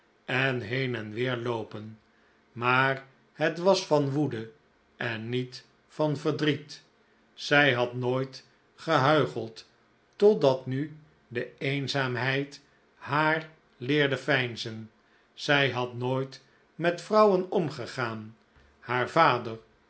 en heen en weer loopen maar het was van woede en niet van verdriet zij had nooit gehuicheld totdat nu de eenzaamheid haar leerde veinzen zij had nooit met vrouwen omgegaan haar vader